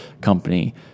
company